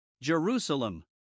Jerusalem